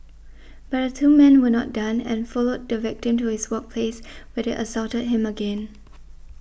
but the two men were not done and followed the victim to his workplace where they assaulted him again